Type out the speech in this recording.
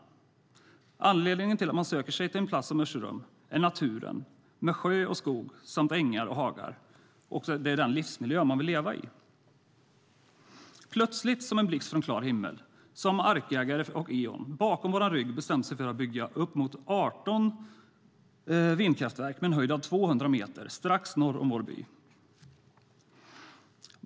Anledningen till att man söker sig till en plats som Örserum är naturen, med sjö och skog samt ängar och hagar och att det är den livsmiljö man vill leva i. Plötsligt, som en blixt från klar himmel, har markägare och Eon, bakom vår rygg, bestämt sig för att bygga uppemot 18 vindkraftverk, med en höjd av 200 meter, strax norr om vår by.